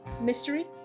Mystery